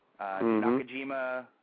Nakajima